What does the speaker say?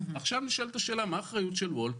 עכשיו נשאלת השאלה מה האחריות של וולט.